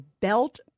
belt